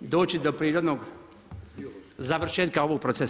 doći do prirodnog završetka procesa.